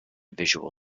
visual